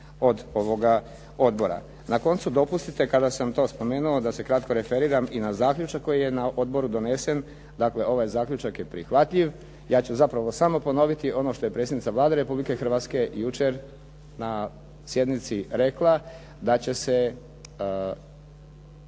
od ovoga odbora. Na koncu dopustite, kada sam to spomenuo, da se kratko referiram i na zaključak koji je na odboru donesen. Dakle, ovaj zaključak je prihvatljiv. Ja ću zapravo samo ponoviti ono što je predsjednica Vlade Republike Hrvatske jučer na sjednici rekla, da će se